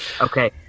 Okay